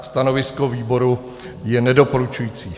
Stanovisko výboru je nedoporučující.